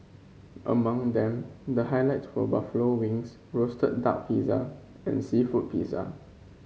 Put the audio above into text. among them the highlights were buffalo wings roasted duck pizza and seafood pizza